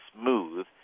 smooth